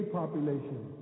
population